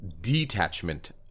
detachment